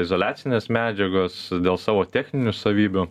izoliacinės medžiagos dėl savo techninių savybių